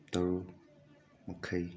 ꯇꯔꯨꯛ ꯃꯈꯥꯏ